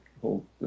hold